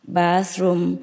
bathroom